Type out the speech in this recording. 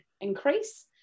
increase